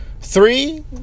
three